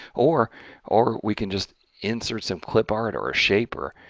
or or we can just insert some clipart or a shape, or